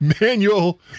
manual